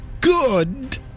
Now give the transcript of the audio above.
good